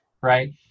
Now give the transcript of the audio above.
right